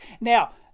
Now